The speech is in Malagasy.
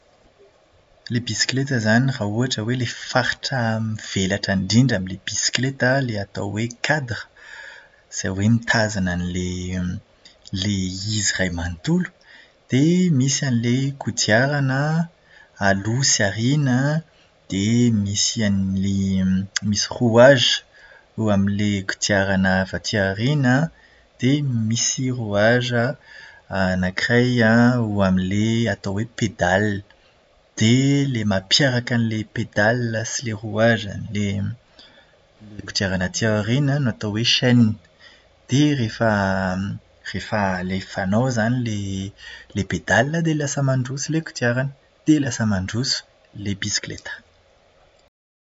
Ilay bisikileta izany raha ohatra hoe ilay faritra mivelatra indrindra amin'ilay bisikileta an, ilay atao hoe "cadre" izay hoe mitazona an'ilay izy iray manontolo. Dia misy an'ilay kodiarana aloha sy aoriana. Dia misy an'ny misy "rouages" eo amin'ilay kodiarana avy aty aoriana dia misy "rouage" anakiray eo amin'ilay atao hoe "pédale". Dia ilay mampiaraka an'ilay "pédales" sy ilay "rouages" an'ilay kodiarana aty aoriana no atao hoe "chaîne". Dia rehefa rehefa alefanao izany ilay pédales dia lasa mandroso ilay kodiarana. Lasa mandroso ilay bisikileta.